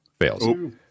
Fails